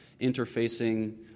interfacing